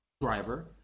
driver